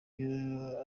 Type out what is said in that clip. byo